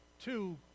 Two